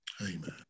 Amen